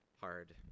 hard